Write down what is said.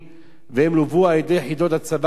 והם לוו על-ידי יחידות הצבא הטורקי.